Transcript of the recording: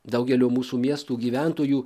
daugelio mūsų miestų gyventojų